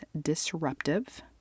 disruptive